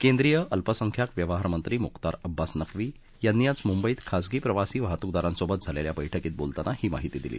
केंद्रीय अल्पसंख्याक व्यवहारमंत्री मुख्तार अब्बास नक्वी यांनी आज मुंबईत खाजगी प्रवासी वाहतूकदारांसोबत झालेल्या बैठकीत बोलताना ही माहिती दिली